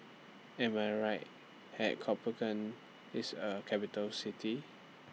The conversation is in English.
Am I Right At Copenhagen IS A Capital City